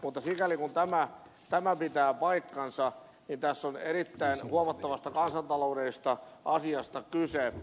mutta sikäli kuin tämä pitää paikkansa niin tässä on erittäin huomattavasta kansantaloudellisesta asiasta kyse